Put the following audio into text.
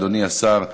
אדוני השר,